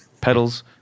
pedals